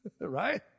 right